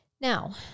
Now